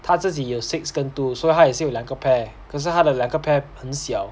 他自己有 six 跟 two so 他也是有两个 pair 可是他的两个 pair 很小